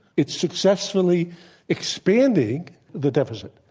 it's successfully expanding the deficit.